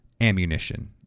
ammunition